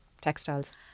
Textiles